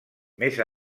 més